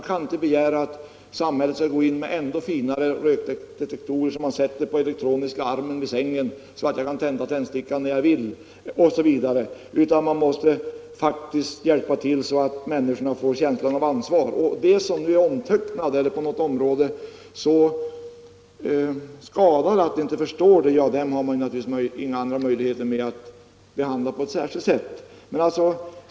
Vi kan inte begära att samhället skall gå in med ännu finare rökdetektorer, utan vi måste i stället försöka ge människorna en känsla av ansvar. När det gäller personer som är så skadade eller omtöcknade att de inte förstår detta, får man handla på annat sätt.